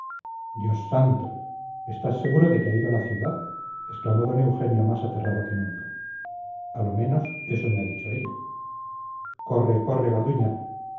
dios santo estás seguro de que ha ido a la ciudad exclamó don eugenio más aterrado que nunca a lo menos eso me ha dicho ella corre corre garduña